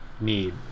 need